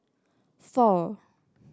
four